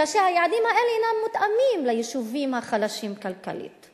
כאשר היעדים האלה אינם מותאמים ליישובים החלשים כלכלית.